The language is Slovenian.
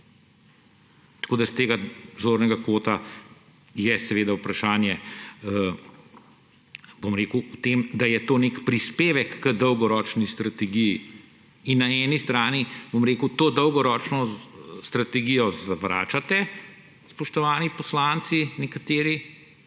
Tako da iz tega zornega kota je seveda vprašanje o tem, da je to nek prispevek k dolgoročni strategiji. Na eni strani to dolgoročno strategijo zavračate, spoštovani poslanci, nekateri,